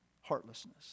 heartlessness